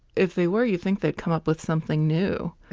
if they were you think they'd come up with something new.